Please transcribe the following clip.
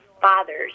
father's